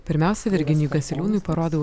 pirmiausia virginijui garseliūnui parodau